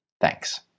Thanks